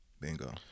Bingo